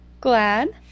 glad